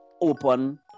open